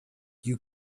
you